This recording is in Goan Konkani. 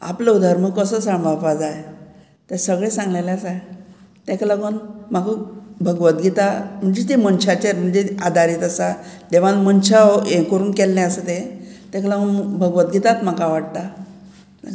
आपलो धर्म कसो सामाळपा जाय ते सगळें सांगलेलें आसा तेका लागोन म्हाका भगवतगीता म्हणजे ती मनशाचेर म्हणजे आदारीत आसा देवान मनशां हो हें करून केल्लें आसा तें तेका लागोन भगवतगीतात म्हाका आवडटा